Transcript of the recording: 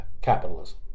capitalism